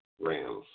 Rams